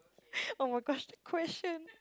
oh my gosh the question